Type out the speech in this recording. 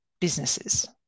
businesses